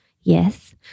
Yes